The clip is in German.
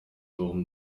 warum